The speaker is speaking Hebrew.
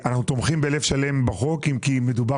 אנחנו תומכים בחוק בלב שלם אם כי מדובר